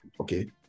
okay